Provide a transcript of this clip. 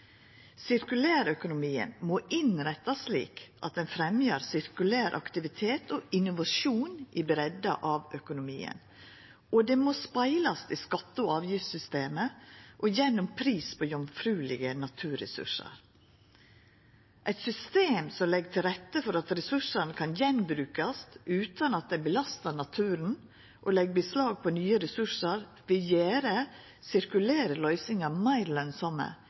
Sirkulærøkonomien må innrettast slik at han fremjar sirkulær aktivitet og innovasjon i breidda av økonomien, og det må speglast i skatte- og avgiftssystemet og gjennom pris på jomfruelege naturressursar. Eit system som legg til rette for at ressursane kan gjenbrukast utan at det belastar naturen og legg beslag på nye ressursar, vil gjera sirkulære løysingar meir lønsame